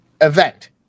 event